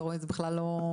אתה רואה, זה בכלל לא.